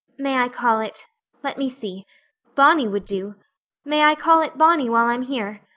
may i call it let me see bonny would do may i call it bonny while i'm here?